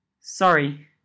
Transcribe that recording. Sorry